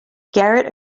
garrett